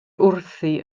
wrthi